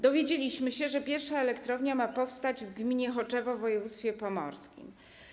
Dowiedzieliśmy się, że pierwsza elektrownia ma powstać w gminie Choczewo w województwie pomorskim.